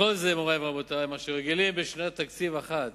וכל זה, מורי ורבותי, מה שרגילים בשנת תקציב אחת,